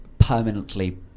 Permanently